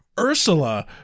Ursula